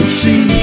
see